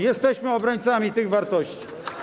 Jesteśmy obrońcami tych wartości.